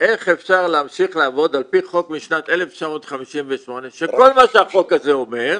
אפשר להמשיך לעבוד על פי חוק משנת 1958 שכל מה שהחוק הזה אומר,